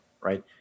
right